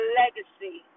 legacy